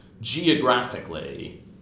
geographically